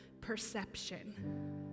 perception